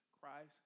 Christ